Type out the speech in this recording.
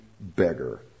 beggar